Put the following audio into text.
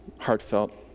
heartfelt